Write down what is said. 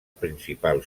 principal